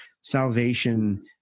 salvation